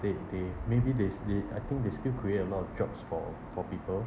they they maybe this they I think they still create a lot of jobs for for people